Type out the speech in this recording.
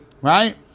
Right